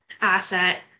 asset